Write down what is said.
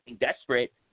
desperate